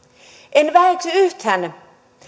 en väheksy yhtään